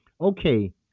okay